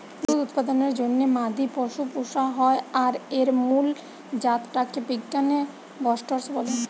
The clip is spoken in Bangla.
দুধ উৎপাদনের জন্যে মাদি পশু পুশা হয় আর এর মুল জাত টা কে বিজ্ঞানে বস্টরস বলে